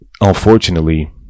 Unfortunately